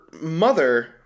mother